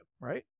right